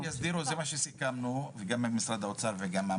התקנות יסדירו זה מה שסיכמנו גם עם משרד האוצר וגם עם